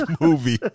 movie